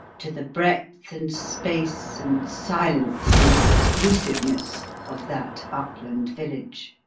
to the breadth and space and silence and exclusiveness of that upland village!